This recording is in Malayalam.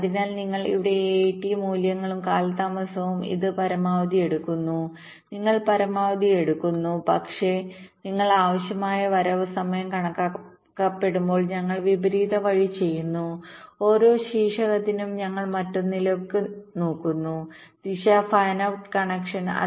അതിനാൽ നിങ്ങൾ ഇവിടെ AAT മൂല്യങ്ങളും കാലതാമസവും ഇത് പരമാവധി എടുക്കുന്നു നിങ്ങൾ പരമാവധി എടുക്കുന്നു പക്ഷേ നിങ്ങൾ ആവശ്യമായ വരവ് സമയം കണക്കാക്കുമ്പോൾ ഞങ്ങൾ വിപരീത വഴി ചെയ്യുന്നു ഓരോ ശീർഷകത്തിനും ഞങ്ങൾ മറ്റൊന്നിലേക്ക് നോക്കുന്നു ദിശ ഫാൻ ഔട്ട് കണക്ഷൻ ഉണ്ടെങ്കിൽ